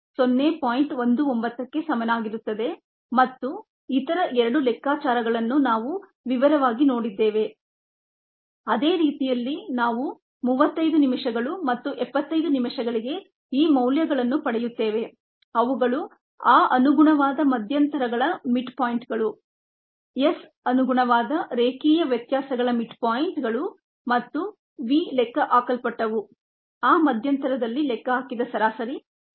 19 ಕ್ಕೆ ಸಮನಾಗಿರುತ್ತದೆ ಮತ್ತು ಇತರ ಎರಡು ಲೆಕ್ಕಾಚಾರಗಳನ್ನು ನಾವು ವಿವರವಾಗಿ ನೋಡಿದ್ದೇವೆ ಅದೇ ರೀತಿಯಲ್ಲಿ ನಾವು 35 ನಿಮಿಷಗಳು ಮತ್ತು 75 ನಿಮಿಷಗಳಿಗೆ ಈ ಮೌಲ್ಯಗಳನ್ನು ಪಡೆಯುತ್ತೇವೆ ಅವುಗಳು ಆ ಅನುಗುಣವಾದ ಮಧ್ಯಂತರಗಳ ಮಿಡ್ ಪಾಯಿಂಟ್ಗಳು s ಅನುಗುಣವಾದ ರೇಖೀಯ ವ್ಯತ್ಯಾಸಗಳ ಮಿಡ್ ಪಾಯಿಂಟ್ಗಳು ಮತ್ತು v ಲೆಕ್ಕಹಾಕಲ್ಪಟ್ಟವು ಆ ಮಧ್ಯಂತರದಲ್ಲಿ ಲೆಕ್ಕಹಾಕಿದ ಸರಾಸರಿ ದರ